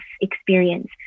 experience